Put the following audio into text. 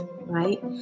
right